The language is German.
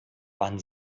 wann